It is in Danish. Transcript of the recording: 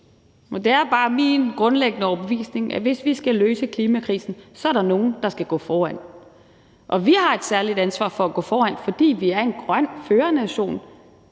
Det er bare min grundlæggende overbevisning, at hvis vi skal løse klimakrisen, er der nogle, der skal gå foran. Og vi har et særligt ansvar for at gå foran, fordi vi er en grøn førernation.